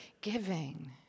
giving